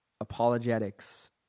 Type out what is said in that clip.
apologetics